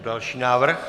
Další návrh?